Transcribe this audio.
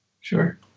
Sure